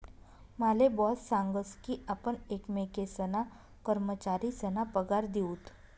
माले बॉस सांगस की आपण एकमेकेसना कर्मचारीसना पगार दिऊत